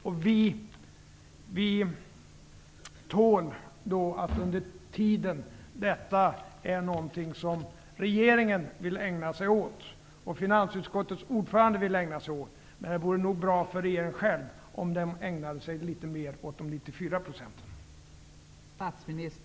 Under tiden tål vi att detta är något som regeringen och finansutskottets ordförande vill ägna sig åt, men det vore nog bra för regeringen själv om den ägnade sig litet mer åt övriga 94 %.